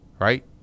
right